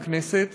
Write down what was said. לכנסת,